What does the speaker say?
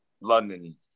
London